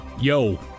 Yo